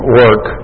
work